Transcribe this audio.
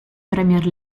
premier